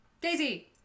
daisy